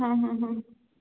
हां हां हां